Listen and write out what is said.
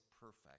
perfect